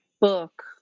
book